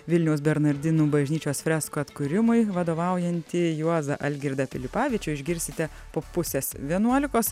vilniaus bernardinų bažnyčios freskų atkūrimui vadovaujantį juozą algirdą pilipavičių išgirsite po pusės vienuolikos